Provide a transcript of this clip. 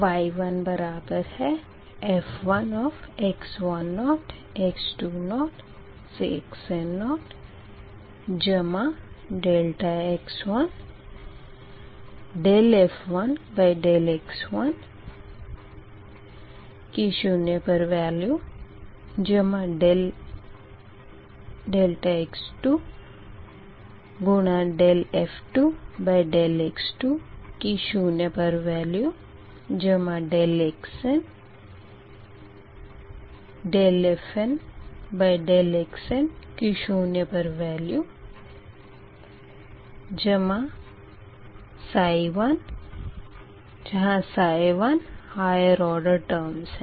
y1 बराबर है f1x10 x20up to xn0 जमा ∆x1df1dx1 की शून्य पर वेल्यू जमा ∆x2 df2dx2 की शून्य पर वेल्यू जमा ∆xn dfndxn की शून्य पर वेल्यू जमा 1 Ψ1 हायर ओर्डर टर्मस है